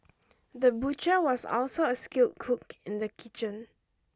the butcher was also a skilled cook in the kitchen